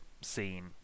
scene